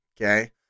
okay